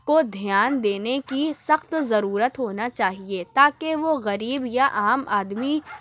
کو دھیان دینے کی سخت ضرورت ہونا چاہیے تاکہ وہ غریب یا عام آدمی